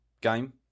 game